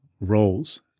roles